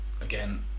again